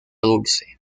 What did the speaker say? dulce